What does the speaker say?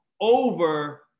over